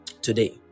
today